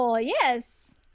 yes